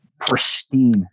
pristine